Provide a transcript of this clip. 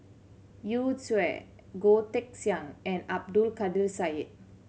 Yu Zhuye Goh Teck Sian and Abdul Kadir Syed